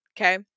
okay